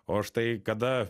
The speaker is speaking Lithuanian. o štai kada